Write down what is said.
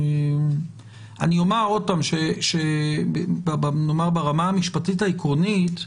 אני אומר שוב שברמה המשפטית העקרונית,